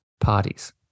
parties